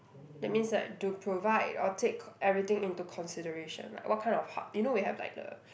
that means like to provide or take everything into consideration like what kind of hub you know we have like the